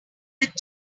that